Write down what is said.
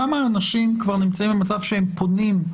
כמה אנשים כבר נמצאים במצב שהם פונים.